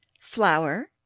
flour